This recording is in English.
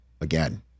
again